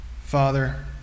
Father